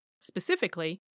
Specifically